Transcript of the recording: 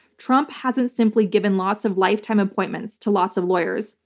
trump hasn't simply given lots of lifetime appointments to lots of lawyers,